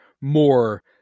more